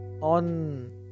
on